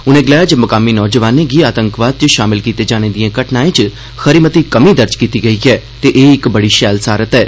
उनें गलाया जे मुकामी नौजवानें गी आतंकवाद च शामिल कीते जाने दिएं घटनाएं च खरी मती कमी दर्ज कीती गेई ऐ ते एह् इक बड़ी शैल सारत ऐ